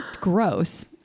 gross